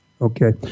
Okay